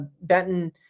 Benton